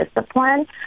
discipline